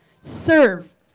Serve